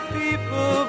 people